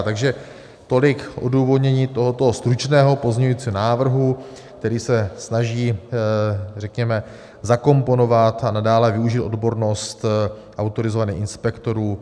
Takže tolik k odůvodnění tohoto stručného pozměňovacího návrhu, který se snaží, řekněme, zakomponovat a nadále využívat odbornost autorizovaných inspektorů.